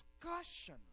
discussion